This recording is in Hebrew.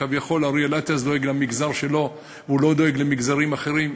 שכביכול אריאל אטיאס דואג למגזר שלו ולא דואג למגזרים אחרים.